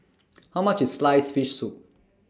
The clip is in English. How much IS Sliced Fish Soup